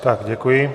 Tak děkuji.